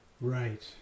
right